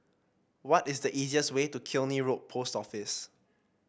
what is the easiest way to Killiney Road Post Office